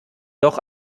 doch